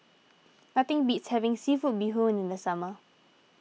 nothing beats having Seafood Bee Hoon in the summer